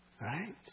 right